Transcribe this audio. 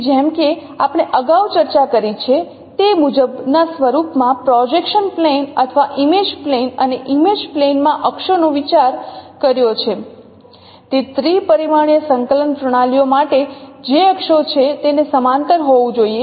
તેથી જેમ કે આપણે અગાઉ ચર્ચા કરી છે તે મુજબના સ્વરૂપમાં પ્રોજેક્શન પ્લેન અથવા ઇમેજ પ્લેન અને ઇમેજ પ્લેન માં અક્ષોનો વિચાર કર્યો છે તે ત્રિપરિમાણીય સંકલન પ્રણાલીઓ માટે જે અક્ષો છે તેને સમાંતર હોવું જોઈએ